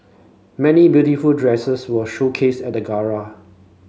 many beautiful dresses were showcased at the gala